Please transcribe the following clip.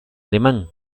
alemán